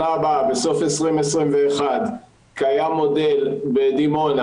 שבסוף 2021 קיים מודל בדימונה,